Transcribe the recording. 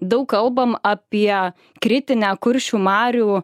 daug kalbam apie kritinę kuršių marių